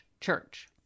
church